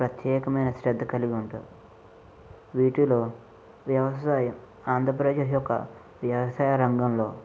ప్రత్యేకమైన శ్రద్ధ కలిగి ఉంటాయి వీటిలో వ్యవసాయం ఆంధ్రప్రదేశ్ యొక్క వ్యవసాయ రంగంలో